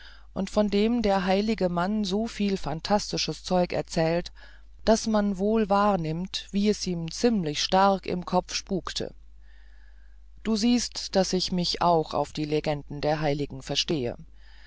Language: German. und von dem der heilige mann so viel phantastisches zeug erzählt daß man wohl wahrnimmt wie es ihm ziemlich stark im kopf spukte du siehst daß ich mich auch auf die legenden der heiligen verstehe